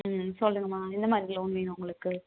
ம் சொல்லுங்கம்மா என்ன மாதிரி லோன் வேணும் உங்களுக்கு